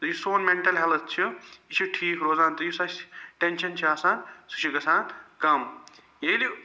تہٕ یُس سون میٚنٛٹل ہیٚلٕتھ چھُ یہِ چھُ ٹھیٖک روزان تہٕ یُس اسہِ ٹیٚنٛشن چھُ آسان سُہ چھُ گَژھان کَم ییٚلہِ